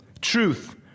Truth